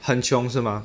很穷是吗